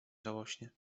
żałośnie